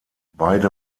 beide